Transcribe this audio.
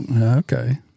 Okay